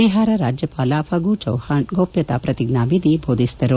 ಬಿಹಾರ ರಾಜ್ಲಪಾಲ ಫಗು ಚೌವಾಣ್ ಗೋಪ್ಲತಾ ಶ್ರತಿಜ್ವಾನಿಧಿ ಬೋಧಿಸಿದರು